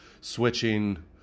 switching